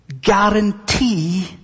guarantee